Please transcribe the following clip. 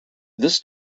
this